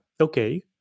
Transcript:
okay